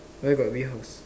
where got we horse